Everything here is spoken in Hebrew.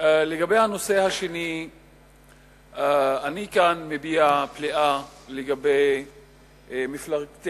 לגבי הנושא השני אני כאן מביע פליאה לגבי מפלגתך,